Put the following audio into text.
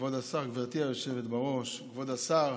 גברתי היושבת בראש, כבוד השר,